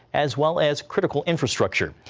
as well as critical infrastructure.